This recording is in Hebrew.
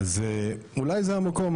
אולי זה המקום,